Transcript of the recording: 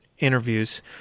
interviews